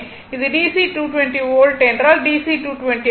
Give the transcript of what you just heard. இது DC 220 என்றால் DC 220 ஆகும்